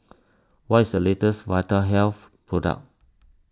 what is the latest Vitahealth product